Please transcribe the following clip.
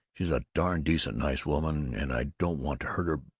she's a darn decent nice woman, and i don't want to hurt her,